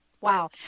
wow